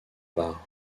bar